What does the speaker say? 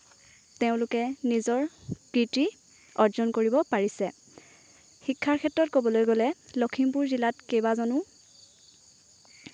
তেওঁলোকে নিজৰ কীৰ্তি অৰ্জন কৰিব পাৰিছে শিক্ষাৰ ক্ষেত্ৰত ক'বলৈ গ'লে লখিমপুৰ জিলাত কেইবাজনো